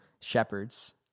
shepherds